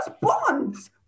bonds